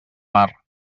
mar